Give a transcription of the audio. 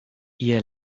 ihr